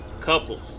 couples